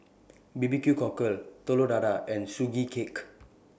B B Q Cockle Telur Dadah and Sugee Cake